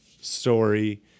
story